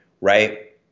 right